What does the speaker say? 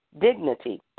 dignity